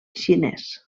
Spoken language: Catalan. xinès